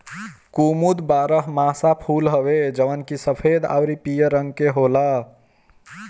कुमुद बारहमासा फूल हवे जवन की सफ़ेद अउरी पियर रंग के होला